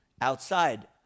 outside